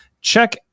Check